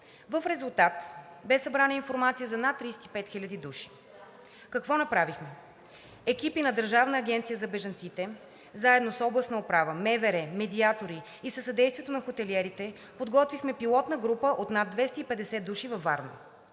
В резултат бе събрана информация за над 35 000 души. Какво направихме? Екипи на Държавната агенция за бежанците заедно с областната управа, МВР, медиатори и със съдействието на хотелиерите подготвихме пилотна група от над 250 души във Варна.